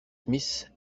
smith